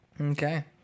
Okay